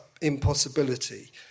impossibility